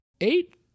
Eight